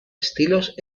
estilos